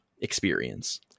experience